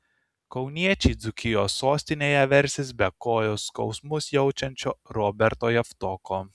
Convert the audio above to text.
kauniečiai dzūkijos sostinėje versis be kojos skausmus jaučiančio roberto javtoko